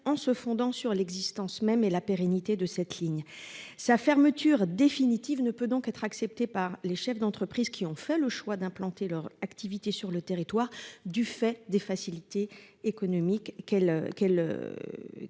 en se fondant sur l'existence de cette ligne et sur sa pérennité. Sa fermeture définitive ne peut donc pas être acceptée par les chefs d'entreprise qui ont fait le choix d'implanter leurs activités sur le territoire du fait des facilités économiques qu'elle